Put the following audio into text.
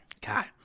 God